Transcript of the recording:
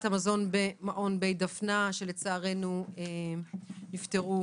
המזון במעון "בית דפנה" שלצערנו נפטרו